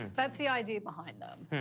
that's the idea behind them.